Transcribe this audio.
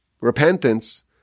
Repentance